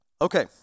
okay